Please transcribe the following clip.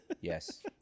Yes